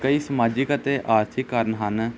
ਕਈ ਸਮਾਜਿਕ ਅਤੇ ਆਰਥਿਕ ਕਾਰਨ ਹਨ